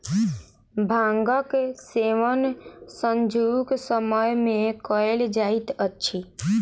भांगक सेवन सांझुक समय मे कयल जाइत अछि